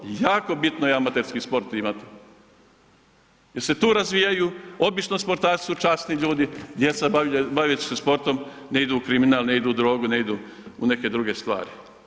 Jako bitno je amaterski sport imati, jer se tu razvijaju, obično sportaši su časni ljudi, djeca baveći se sportom ne idu u kriminal, ne idu u drogu, ne idu u neke druge stvari.